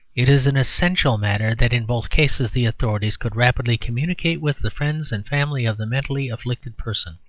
it is an essential matter that in both cases the authorities could rapidly communicate with the friends and family of the mentally afflicted person.